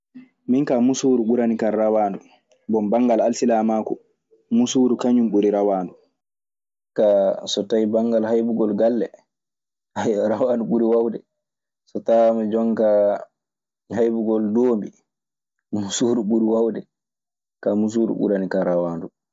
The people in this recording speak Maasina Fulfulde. Min kaa muusuuru ɓuranikan rawaandu. Bon, banngal alsilaamaaku, muusuuru kañun ɓuri rawaandu. So tawaama jonkaa haybugol doombi, muusuuru ɓuri waawde. Kaa muusuuru ɓuranikan rawaandu. Kaa so tawii haybugol galle, rawaandu ɓuri waawde.